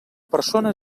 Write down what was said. persona